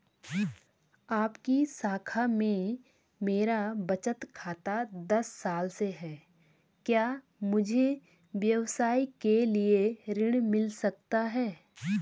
आपकी शाखा में मेरा बचत खाता दस साल से है क्या मुझे व्यवसाय के लिए ऋण मिल सकता है?